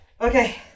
Okay